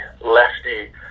lefty